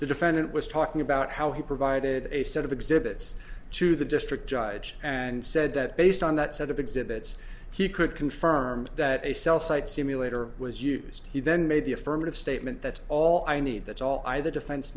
the defendant was talking about how he provided a set of exhibits to the district judge and said that based on that set of exhibits he could confirm that a cell site simulator was used he then made the affirmative statement that's all i need that's all i the defense